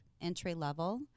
entry-level